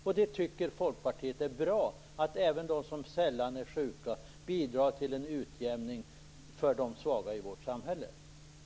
Folkpartiet tycker att det är bra att även de som sällan är sjuka bidrar till en utjämning i förhållande till de svaga i vårt samhälle.